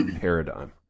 paradigm